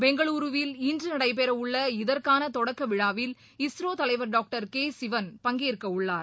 பெங்களூருவில் இன்று நடைபெற உள்ள இதற்கான தொடக்க விழாவில் இஸ்ரோ தலைவர் டாக்டர் கே சிவன் பங்கேற்க உள்ளார்